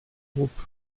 groupe